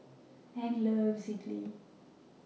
Hank loves Idili